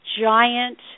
giant